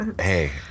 Hey